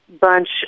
bunch